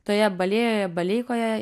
toje balėjoje baleikoje